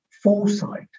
Foresight